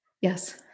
Yes